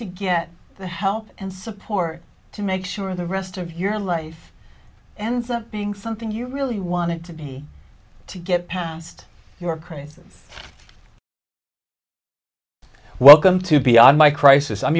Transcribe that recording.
to get help and support to make sure the rest of your life ends up being something you really wanted to be to get past your crisis welcome to beyond my crisis i'm